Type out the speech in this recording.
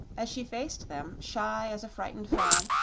as she faced them, shy as a frightened fawn,